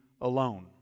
alone